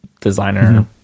designer